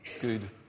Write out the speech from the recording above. good